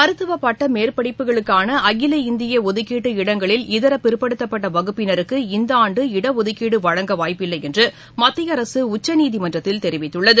மருத்துவ பட்ட மேற்படிப்புகளுக்கான அகில இந்திய ஒதுக்கீட்டு இடங்களில் இதர பிற்படுத்தப்பட்ட வகுப்பினருக்கு இந்த ஆண்டு இடஒதுக்கீடு வழங்க வாய்ப்பில்லை என்று மத்திய அரசு உச்சநீதிமன்றத்தில் தெரிவித்துள்ளது